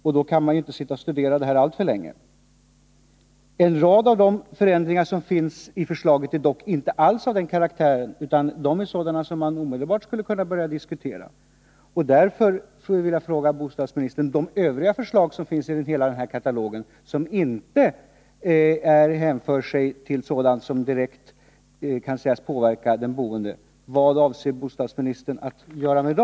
Och då kan man inte sitta och studera detta alltför länge. En rad av de förändringar som föreslås är dock inte alls av den karaktären att de påverkar de boende, utan de är av den karaktären att man omedelbart skulle kunna börja diskutera dem. Därför vill jag fråga bostadministern: Vad avser bostadsministern att göra med de förslag som finns i hela denna katalog och som inte hänför sig till sådant som direkt kan sägas påverka den boende?